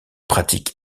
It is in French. pratique